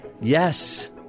Yes